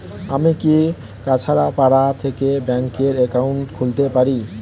আমি কি কাছরাপাড়া থেকে ব্যাংকের একাউন্ট খুলতে পারি?